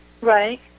Right